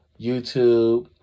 YouTube